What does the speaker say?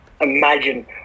imagine